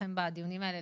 מטעמכם בדיונים האלה,